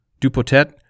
Dupotet